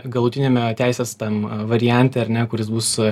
galutiniame teisės tam variante ar ne kuris bus